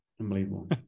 unbelievable